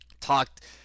talked